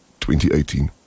2018